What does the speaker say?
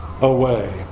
away